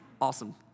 awesome